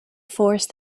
force